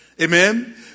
Amen